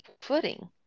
footing